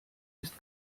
ist